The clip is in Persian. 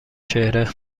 چهره